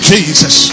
Jesus